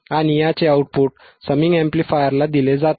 आणि याचे output summing अॅम्प्लिफायरला दिले जाते